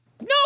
No